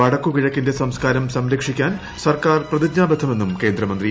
വടക്കുകിഴക്കിന്റെ സംസ്ക്കാരം സംരക്ഷിക്കാൻ സർക്കാർ പ്രതിജ്ഞാബദ്ധമെന്നും കേന്ദ്രമന്ത്രി